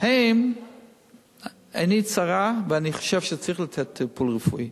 אין עיני צרה ואני חושב שצריך לתת טיפול רפואי,